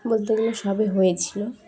বলতে গেলে সবে হয়েছিলো